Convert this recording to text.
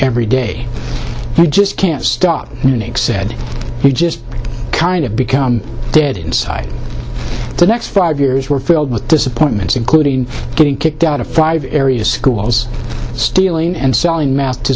every day he just can't stop nick said he just kind of become dead inside the next five years were filled with disappointments including getting kicked out of five area schools stealing and selling mass to